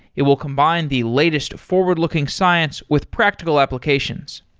it will combine the latest forward looking science with practical applications.